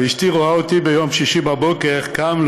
אשתי רואה אותי ביום שישי בבוקר קם,